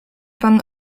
pan